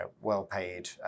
well-paid